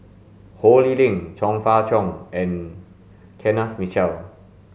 Ho Lee Ling Chong Fah Cheong and Kenneth Mitchell